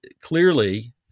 clearly